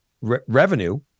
revenue